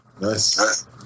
Nice